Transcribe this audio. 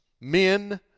men